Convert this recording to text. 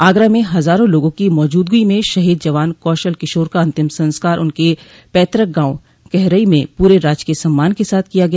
आगरा म हजारों लोगों की मौजूदगी में शहीद जवान कौशल किशोर का अंतिम संस्कार उनके पैतृक गांव कहरई में पूरे राजकीय सम्मान के साथ किया गया